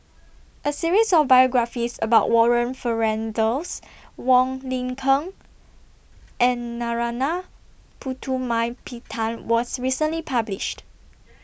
A series of biographies about Warren Fernandez Wong Lin Ken and Narana Putumaippittan was recently published